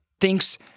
thinks